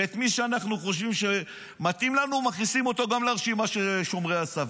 ומי שאנחנו חושבים שמתאים לנו מכניסים אותו גם לרשימה של שומרי הסף,